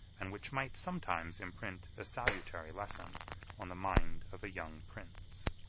and which might sometimes imprint a salutary lesson on the mind of a young prince.